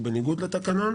בניגוד לתקנון,